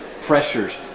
pressures